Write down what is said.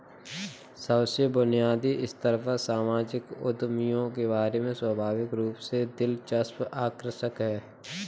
सबसे बुनियादी स्तर पर सामाजिक उद्यमियों के बारे में स्वाभाविक रूप से दिलचस्प आकर्षक है